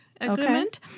agreement